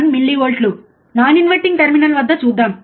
1 మిల్లీవోల్ట్లు non inverting terminal వద్ద చూద్దాం